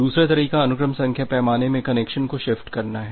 दूसरा तरीका अनुक्रम संख्या पैमाने में कनेक्शन को शिफ्ट करना है